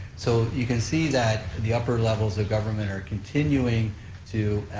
so you can see that the upper levels of government are continuing to